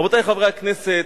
רבותי חברי הכנסת,